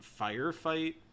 firefight